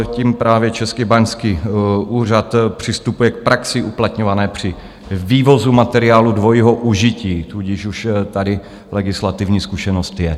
Tím právě Český báňský úřad přistupuje k praxi uplatňované při vývozu materiálů dvojího užití, tudíž už tady legislativní zkušenost je.